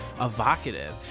evocative